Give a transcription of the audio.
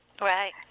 Right